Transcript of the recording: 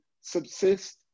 subsist